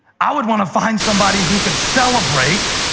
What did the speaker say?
i would want to find somebody who could celebrate.